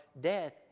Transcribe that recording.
death